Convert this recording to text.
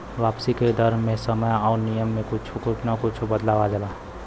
वापसी के दर मे समय आउर नियम में कुच्छो न कुच्छो बदलाव आ जाला